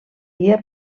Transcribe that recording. dia